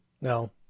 no